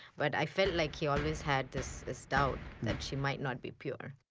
but i felt like he always had this this doubt, that she might not be pure.